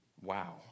Wow